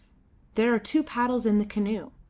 there are two paddles in the canoe.